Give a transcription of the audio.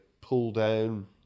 pull-down